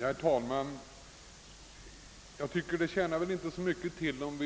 Herr talman! Det tjänar inte så mycket till att